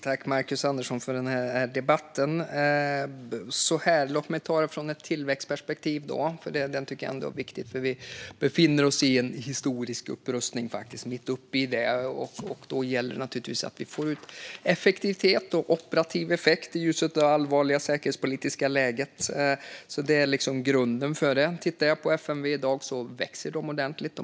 Herr talman! Tack, Marcus Andersson, för den här debatten! Låt mig ta det från ett tillväxtperspektiv, för det tycker jag är viktigt. Vi befinner oss mitt uppe i en historisk upprustning, och då gäller det naturligtvis att vi får ut effektivitet och operativ effekt i ljuset av det allvarliga säkerhetspolitiska läget. Det är liksom grunden för det. FMV växer ordentligt i dag.